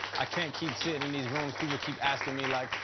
i can't keep sitting in these rooms. people keep asking me like,